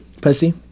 Pussy